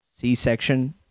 c-section